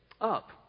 up